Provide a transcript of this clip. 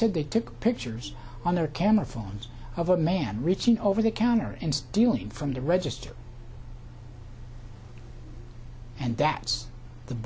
said they took pictures on their camera phones of a man reaching over the counter and dealing from the register and that the